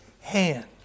hand